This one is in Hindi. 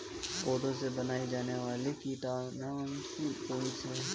पौधों से बनाई जाने वाली कीटनाशक कौन सी है?